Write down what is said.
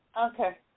Okay